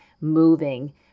moving